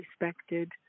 respected